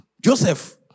Joseph